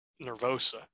Nervosa